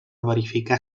verificar